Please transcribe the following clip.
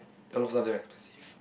a lot of stuff damn expensive